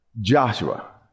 Joshua